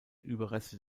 überreste